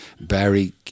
Barry